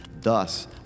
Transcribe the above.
Thus